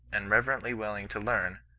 and reverently willing to learn,